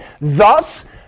Thus